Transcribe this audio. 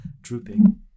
drooping